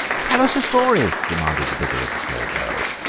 tell us a story, demanded the bigger of the small girls.